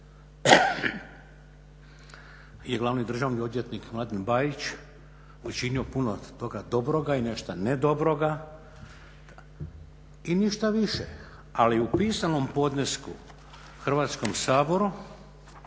da glavni državni odvjetnik Mladen Bajić učinio toga puno dobroga i nešto ne dobroga i ništa više, ali u pisanom podnesku Hrvatskom saboru